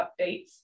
updates